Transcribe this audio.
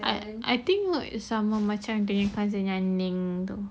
I I think her sama macam dengan cousin yang ning tu